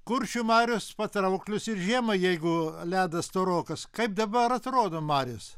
kuršių marios patrauklios ir žiemą jeigu ledas storokas kaip dabar atrodo marios